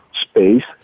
space